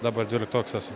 dabar dvyliktokas esu